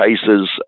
cases